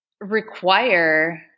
require